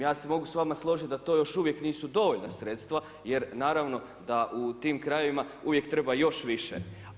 Ja se mogu s vama složiti da to još uvijek nisu dovoljna sredstva, jer naravno, da u tim krajevima, uvijek treba još više.